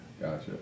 Gotcha